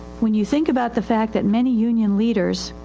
when you think about the fact that many union leaders